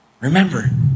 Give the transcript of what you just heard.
Remember